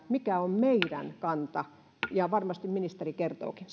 mikä on meidän kanta ja varmasti ministeri kertookin